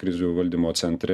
krizių valdymo centre